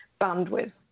bandwidth